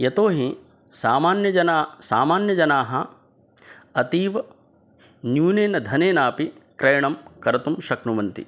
यतो हि सामान्यजनाः सामान्यजनाः अतीवन्यूनेन धनेन अपि क्रयणं कर्तुं शक्नुवन्ति